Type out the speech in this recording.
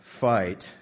fight